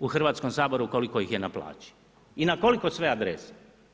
u Hrvatskom saboru, koliko ih je na plaći i na koliko sve adresa.